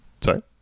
Sorry